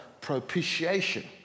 propitiation